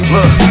Look